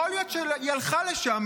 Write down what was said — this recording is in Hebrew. יכול להיות שהיא הלכה לשם,